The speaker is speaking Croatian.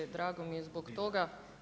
Drago mi je zbog toga.